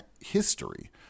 history